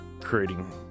Creating